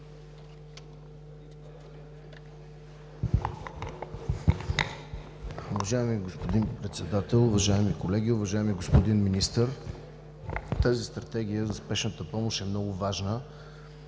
Уважаема госпожо Председател, уважаеми колеги, уважаеми господин Министър! Тази Стратегия за спешната помощ е много важна.